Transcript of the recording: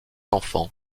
enfants